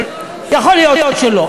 יכול להיות שלא,